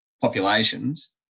populations